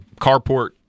carport